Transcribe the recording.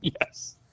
yes